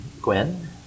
Gwen